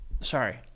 Sorry